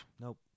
Nope